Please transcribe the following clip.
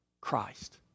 Christ